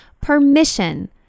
permission